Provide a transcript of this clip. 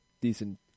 decent